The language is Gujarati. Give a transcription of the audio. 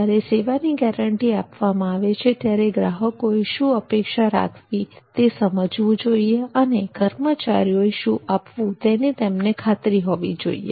જયારે સેવાની ગેરંટી આપવામાં આવે છે ત્યારે ગ્રાહકોએ શું અપેક્ષા રાખવી તે સમજવું જોઈએ અને કર્મચારીઓએ શું આપવું તેની તેમને ખાતરી હોવી જોઈએ